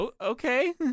Okay